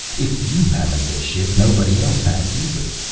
if you haven't the ship nobody else has, either.